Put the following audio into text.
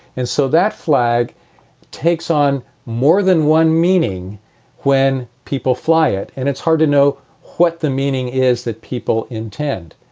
and so that flag takes on more than one meaning when people fly it and it's hard to know what the meaning is that people intend.